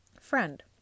Friend